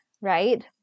right